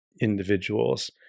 individuals